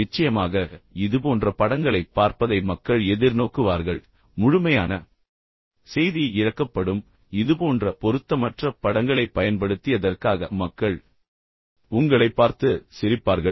நிச்சயமாக இதுபோன்ற படங்களைப் பார்ப்பதை மக்கள் எதிர்நோக்குவார்கள் ஆனால் பின்னர் முழுமையான செய்தி இழக்கப்படும் உண்மையில் இதுபோன்ற பொருத்தமற்ற படங்களைப் பயன்படுத்தியதற்காக மக்கள் உங்களைப் பார்த்து சிரிப்பார்கள்